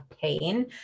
pain